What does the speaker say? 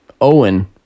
Owen